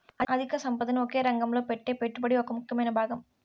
అధిక సంపదని ఒకే రంగంలో పెట్టే పెట్టుబడి ఒక ముఖ్యమైన భాగం